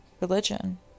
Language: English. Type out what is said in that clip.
religion